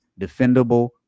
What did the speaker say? defendable